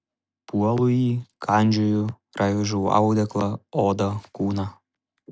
puolu jį kandžioju raižau audeklą odą kūną